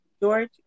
George